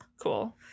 cool